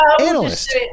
analyst